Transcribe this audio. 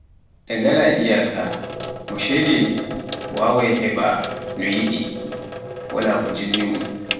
ɗen ngalaa iyaaka, jomuu ceedee waawaai heɓa noo yiɗi, waala ko jinni mun.